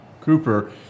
Cooper